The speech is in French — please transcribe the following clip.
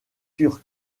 turc